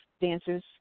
dancers